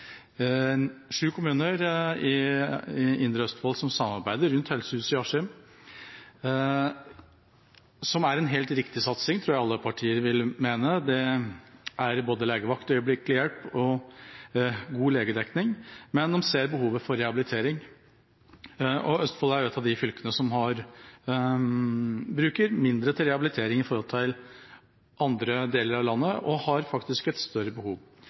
sju kommuner i Indre Østfold som samarbeider om Helsehuset i Askim. Det er en helt riktig satsing, det tror jeg alle partier vil mene – med både legevakt, øyeblikkelig hjelp og god legedekning – men de ser behovet for rehabilitering. Østfold er et av fylkene som bruker mindre på rehabilitering enn andre deler av landet, og har faktisk et større behov.